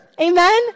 Amen